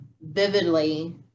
vividly